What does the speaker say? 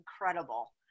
incredible